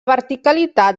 verticalitat